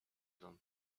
them